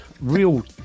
real